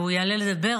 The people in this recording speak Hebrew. והוא יעלה לדבר,